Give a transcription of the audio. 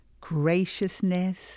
graciousness